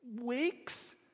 weeks